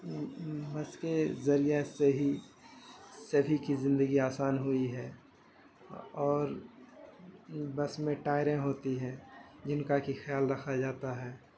بس کے ذریعہ سے ہی سبھی کی زندگی آسان ہوئی ہے اور بس میں ٹائریں ہوتی ہیں جن کا کہ خیال رکھا جاتا ہے